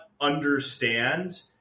understand